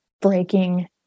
breaking